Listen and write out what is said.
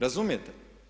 Razumijete?